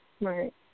Right